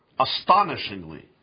Astonishingly